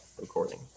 recording